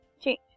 change